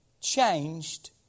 changed